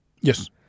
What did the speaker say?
Yes